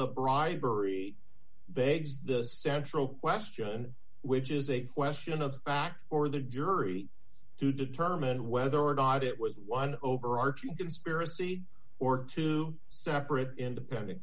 the bribery begs the central question which is a question of fact for the jury to determine whether or not it was one overarching conspiracy or two separate independent